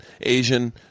asian